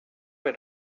way